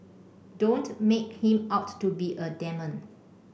don't make him out to be a demon